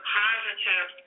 positive